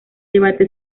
debate